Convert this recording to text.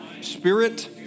spirit